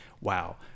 wow